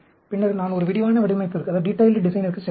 பின்னர் நான் ஒரு விரிவான வடிவமைப்பிற்கு செல்லலாம்